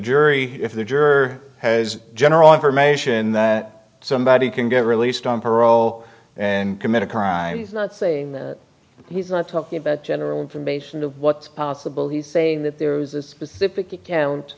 jury if the juror has general information that somebody can get released on parole and commit a crime he's not saying he's not talking about general information of what's possible he's saying that there's a specific account